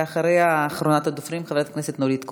ואחריה, אחרונת הדוברים חברת הכנסת נורית קורן.